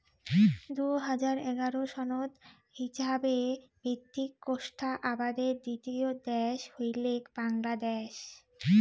দুই হাজার এগারো সনত হিছাবে ভিত্তিক কোষ্টা আবাদের দ্বিতীয় দ্যাশ হইলেক বাংলাদ্যাশ